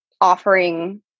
offering